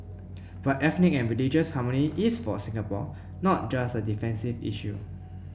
but ethnic and religious harmony is for Singapore not just a defensive issue